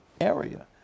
area